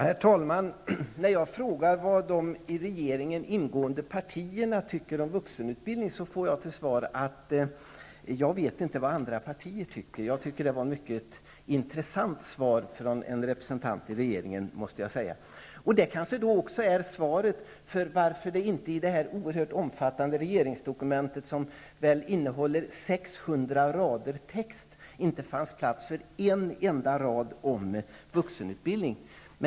Herr talman! När jag frågade vad de i regeringen ingående partierna tycker om vuxenutbildningen, får jag till svar att Beatrice Ask inte vet vad andra partier tycker. Det var ett mycket intressant svar från en representant i regeringen. Det kanske också är svaret på varför det inte i det omfattande regeringsdokumentet, som väl innehåller 600 rader text, inte fanns plats för en enda rad om vuxenutbildning.